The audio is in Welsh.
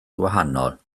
gwahanol